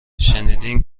شنیدین